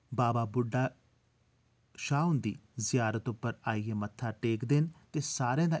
बाबा बुड्डा शाह् हुंदी जियारत उप्पर आइयै मत्था टेकदे न ते सारें दा